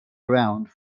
around